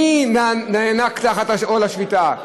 מי נאנק תחת עול השביתה?